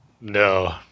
No